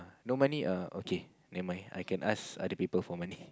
no money err okay never mind I can ask other people for money